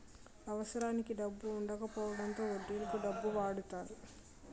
అవసరానికి డబ్బు వుండకపోవడంతో వడ్డీలకు డబ్బు వాడతారు